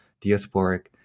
diasporic